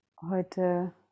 heute